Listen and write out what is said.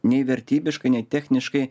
nei vertybiškai nei techniškai